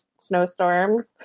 snowstorms